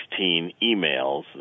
emails